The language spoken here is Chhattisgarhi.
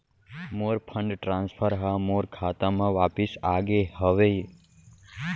मोर फंड ट्रांसफर हा मोर खाता मा वापिस आ गे हवे